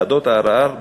ועדות הערר,